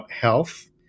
Health